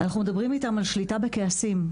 אנחנו מדברים איתם על שליטה בכעסים,